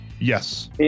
Yes